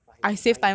fine fine